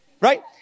Right